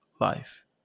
life